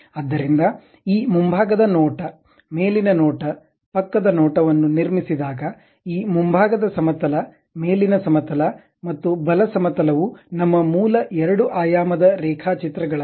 ಆದ್ದರಿಂದ ಈ ಮುಂಭಾಗದ ನೋಟ ಮೇಲಿನ ನೋಟ ಪಕ್ಕದ ನೋಟ ವನ್ನು ನಿರ್ಮಿಸಿದಾಗ ಈ ಮುಂಭಾಗದ ಸಮತಲ ಮೇಲಿನ ಸಮತಲ ಮತ್ತು ಬಲ ಸಮತಲ ವು ನಮ್ಮ ಮೂಲ ಎರಡು ಆಯಾಮದ ರೇಖಾಚಿತ್ರಗಳಲ್ಲ